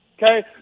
Okay